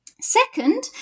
Second